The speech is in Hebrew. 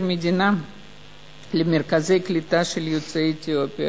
המדינה למרכזי קליטה של יוצאי אתיופיה.